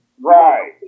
Right